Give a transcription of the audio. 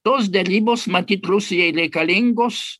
tos derybos matyt rusijai reikalingos